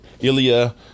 Ilya